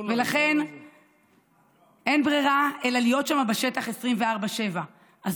לכן אין ברירה אלא להיות שם בשטח 24/7. אז